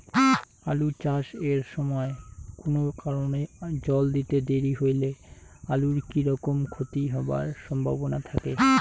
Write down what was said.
আলু চাষ এর সময় কুনো কারণে জল দিতে দেরি হইলে আলুর কি রকম ক্ষতি হবার সম্ভবনা থাকে?